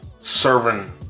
serving